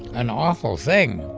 an awful thing